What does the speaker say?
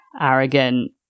arrogant